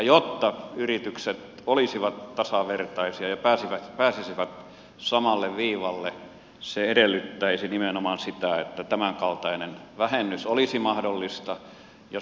jotta yritykset olisivat tasavertaisia ja pääsisivät samalle viivalle se edellyttäisi nimenomaan sitä että tämänkaltainen vähennys olisi mahdollinen